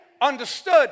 understood